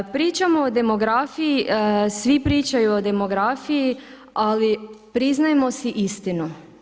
Pričamo o demografiji, svi pričaju o demografiji, ali priznajmo si istinu.